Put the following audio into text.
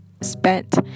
spent